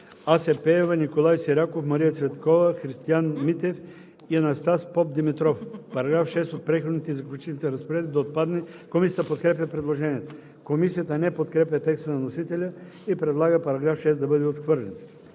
Ася Пеева, Николай Сираков, Мария Цветкова, Христиан Митев и Анастас Попдимитров: „Параграф 6 от Преходни и заключителни разпоредби да отпадне.“ Комисията подкрепя предложението. Комисията не подкрепя текста на вносителя и предлага § 6 да бъде отхвърлен.